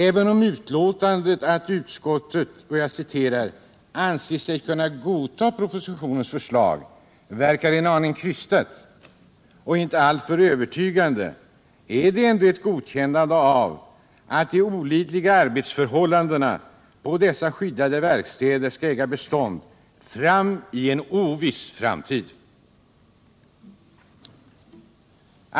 Även om uttalandet, att utskottet anser sig kunna godta propositionens förslag, verkar en aning krystat och inte alltför övertygande, är det ändå ett godkännande av att de olidliga arbetsförhållandena på dessa skyddade verkstäder skall äga bestånd in i en oviss framtid.